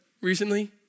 recently